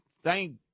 thank